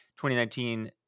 2019